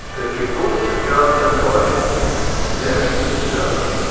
the kibbutz girls and boys left the circle.